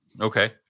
Okay